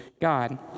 God